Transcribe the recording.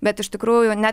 bet iš tikrųjų net